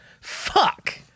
fuck